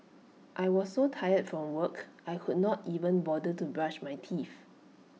I was so tired from work I could not even bother to brush my teeth